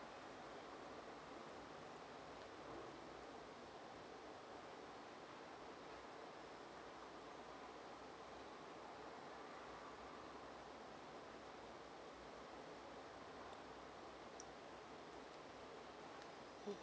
mmhmm